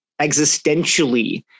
existentially